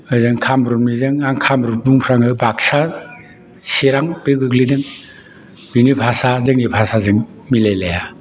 ओजों कामरुप निजों आं कामरुप बुंफ्राङो बाक्सा चिरां बे गोग्लैदों बिनि भासा जोंनि भासाजों मिलायलाया